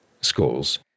schools